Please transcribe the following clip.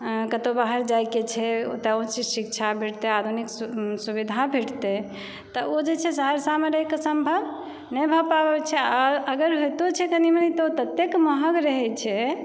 कतौ बाहर जाएके छै ओतऽ उच्च शिक्षा भेटतै आधुनिक सुविधा भेटतै तऽ ओ जे छै से सहरसामे रहिकऽ सम्भव नहि भऽ पाबै छै आओर अगर होइतो छै कनि मनि तऽ एतेक महग रहै छै